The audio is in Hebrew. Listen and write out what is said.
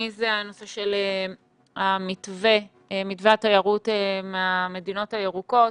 הנושא השני הוא מתווה התיירות מהמדינות הירוקות,